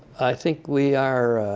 i think we are